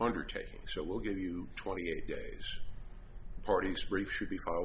undertaking so we'll give you twenty eight days parties brief should